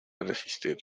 resistir